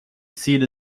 seat